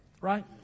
right